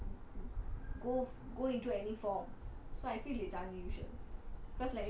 like mm mm go go into any form so I feel it's unusual